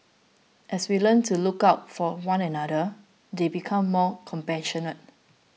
as they learn to look out for one another they become more compassionate